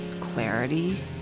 clarity